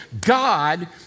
God